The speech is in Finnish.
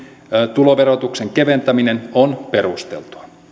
tuloverotuksen keventäminen on perusteltua